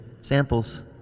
samples